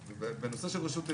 בנושא של רשות עליונה.